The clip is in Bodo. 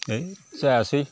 है जायासै